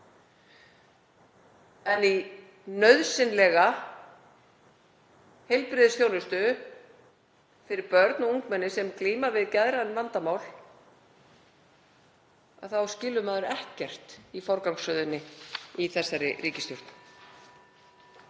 en í nauðsynlega heilbrigðisþjónustu fyrir börn og ungmenni sem glíma við geðræn vandamál, þá skilur maður ekkert í forgangsröðuninni í þessari ríkisstjórn.